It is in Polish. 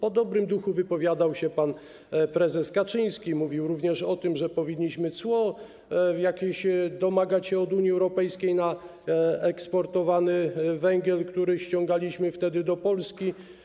O dobrym duchu wypowiadał się pan prezes Kaczyński, mówił również o tym, że powinniśmy domagać się cła od Unii Europejskiej na eksportowany węgiel, który ściągaliśmy wtedy do Polski.